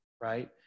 right